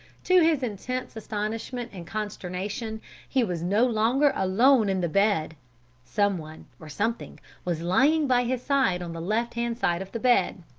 to his intense astonishment and consternation he was no longer alone in the bed someone, or something, was lying by his side on the left-hand side of the bed.